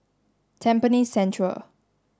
Tampines Central